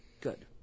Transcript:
Good